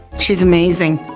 she's amazing.